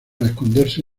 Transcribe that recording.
esconderse